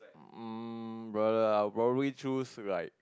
um brother I'll probably choose like